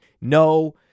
No